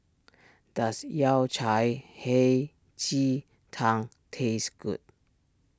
does Yao Cai Hei Ji Tang taste good